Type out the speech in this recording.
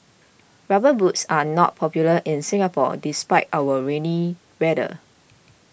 rubber boots are not popular in Singapore despite our rainy weather